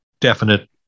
definite